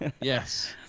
Yes